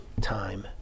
time